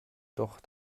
doch